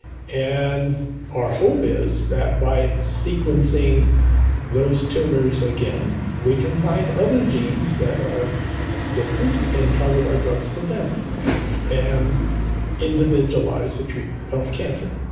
and our hope is that by sequencing those tumours again we can find other genes that are different and target our drugs to them and individualise the treatment of cancer.